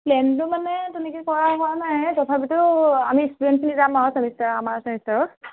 প্লেনটো মানে তেনেকৈ কৰা হোৱা নাই তথাপিটো আমি ষ্টুডেণ্টখিনি যাম আৰু ছেমিষ্টাৰৰ আমাৰ ছেমেষ্টাৰৰ